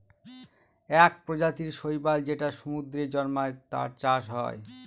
এক প্রজাতির শৈবাল যেটা সমুদ্রে জন্মায়, তার চাষ হয়